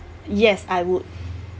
yes I would